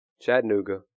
Chattanooga